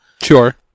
sure